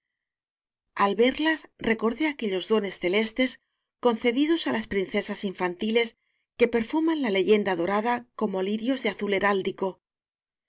al verlas recordé aquellos dones celestes concedidos á las princesas infantiles que perfuman la leyenda dorada como lirios de azul